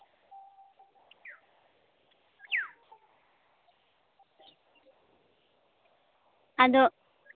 ᱟᱫᱚ